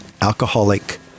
alcoholic